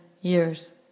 years